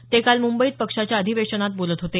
ते काल मुंबईत पक्षाच्या अधिवेशनात बोलत होते